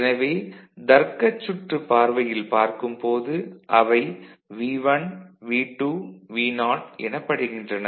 எனவே தர்க்கச் சுற்று பார்வையில் பார்க்கும்போது அவை V1 V2 Vo எனப்படுகின்றன